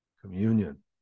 communion